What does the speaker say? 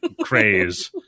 craze